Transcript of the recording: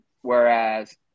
whereas